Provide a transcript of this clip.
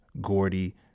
Gordy